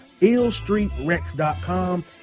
illstreetrex.com